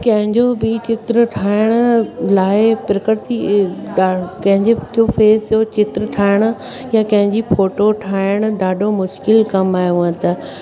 कंहिं जो बि चित्र ठाहिण लाइ प्रकृति ॾांहुं कंहिं जो फ़ेस जो चित्र ठाहिण या कंहिंजी फ़ोटो ठाहिण ॾाढो मुश्किल कमु आहे उअं त